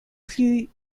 plus